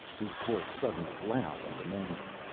his voice suddenly loud and demanding.